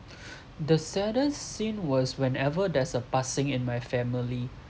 the saddest scene was whenever there's a passing in my family